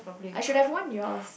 I should have worn yours